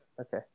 okay